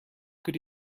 could